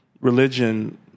religion